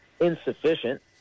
insufficient